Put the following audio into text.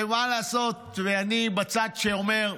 ומה לעשות, אני בצד שאומר: